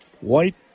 white